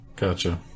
Gotcha